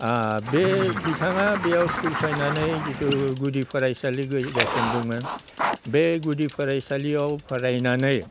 बे बिथाङा बेयाव स्कुल फैनानै जितु गुदि फरायसालि गायसनदोंमोन बे गुदि फरायसालियाव फरायनानै